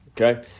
Okay